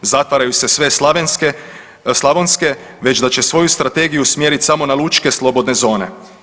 Zatvaraju se sve slavenske, slavonske već da će svoju strategiju usmjeriti samo na lučke slobodne zone.